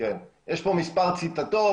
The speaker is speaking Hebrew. יש פה מספר ציטטות.